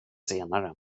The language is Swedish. senare